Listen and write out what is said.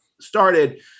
started